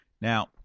Now